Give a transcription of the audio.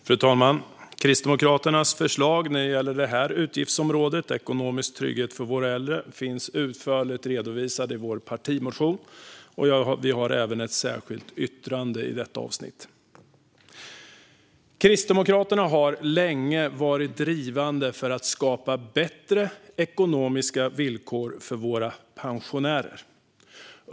Fru talman! Kristdemokraternas förslag när det gäller detta utgiftsområde, ekonomisk trygghet för våra äldre, redovisas utförligt i vår partimotion, och vi har även ett särskilt yttrande i detta avsnitt. Kristdemokraterna har länge varit drivande för att skapa bättre ekonomiska villkor för våra pensionärer.